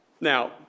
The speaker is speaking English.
Now